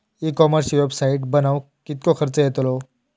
E कॉमर्सची website बनवक किततो खर्च येतलो?